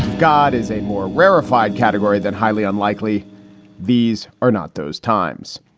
god is a more rarefied category than highly unlikely these are not those times.